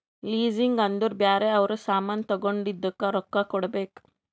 leasing ಅಂದುರ್ ಬ್ಯಾರೆ ಅವ್ರ ಸಾಮಾನ್ ತಗೊಂಡಿದ್ದುಕ್ ರೊಕ್ಕಾ ಕೊಡ್ಬೇಕ್